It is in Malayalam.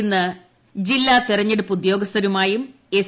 ഇന്ന് ജില്ലാ തിരഞ്ഞെടുപ്പ് ഉദ്യോഗസ്ഥരുമായും എസ്